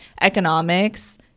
economics